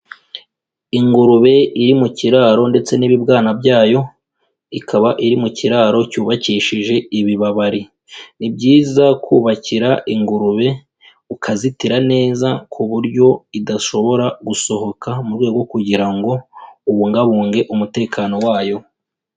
Ingurube iri mu kiraro ndetse n'ibibwana byayo ikaba iri mu kiraro cyubakishije ibibabari, ni byiza kubakira ingurube ukazitira neza ku buryo idashobora gusohoka mu rwego rwo kugira ngo ubungabunge umutekano wayo.